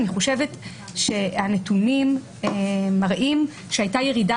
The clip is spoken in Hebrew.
אני חושבת שהנתונים מראים שהייתה ירידה